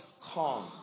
calm